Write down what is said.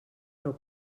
però